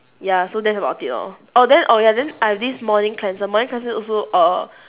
ya so that's about it lor orh then oh ya then I have this morning cleanser morning cleanser also err